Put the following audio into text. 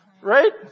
right